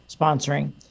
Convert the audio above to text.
sponsoring